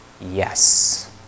yes